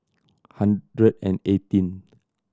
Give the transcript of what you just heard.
hundred and eighteen